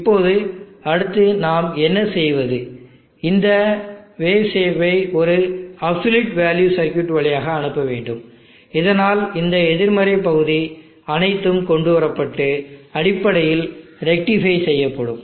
இப்போது அடுத்து நாம் என்ன செய்வது இந்த வேவ் சேப்பை ஒரு அப்சல்யூட் வேல்யூ சர்க்யூட் வழியாக அனுப்ப வேண்டும் இதனால் இந்த எதிர்மறை பகுதி அனைத்தும் கொண்டுவரப்பட்டு அடிப்படையில் ரெக்டிஃபை செய்யப்படும்